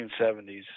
1970s